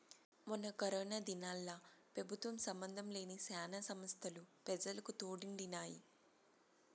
మొన్న కరోనా దినాల్ల పెబుత్వ సంబందం లేని శానా సంస్తలు పెజలకు తోడుండినాయి